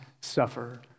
suffer